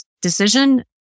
decision